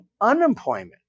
unemployment